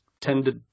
tended